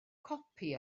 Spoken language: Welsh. copi